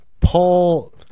Paul